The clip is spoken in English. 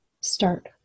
Start